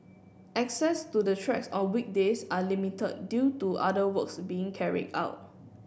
access to the tracks on weekdays are limited due to other works being carried out